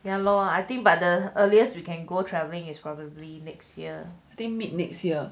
ya lor I think but the earliest we can go traveling is probably next year